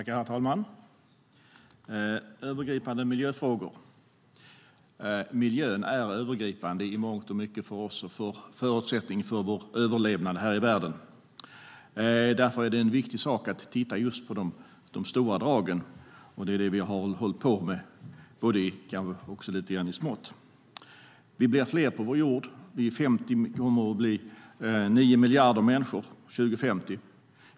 Herr talman! Det handlar om övergripande miljöfrågor. Miljön är övergripande i mångt och mycket för oss och för förutsättningarna för vår överlevnad här i världen. Därför är det en viktig sak att titta just på de stora dragen, och det är det vi har hållit på med. Vi har också tittat lite grann i smått. Vi blir fler på vår jord. Vi kommer att bli 9 miljarder människor 2050.